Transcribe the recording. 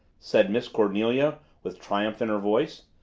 said miss cornelia with triumph in her voice.